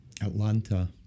Atlanta